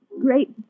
great